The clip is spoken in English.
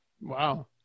Wow